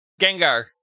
Gengar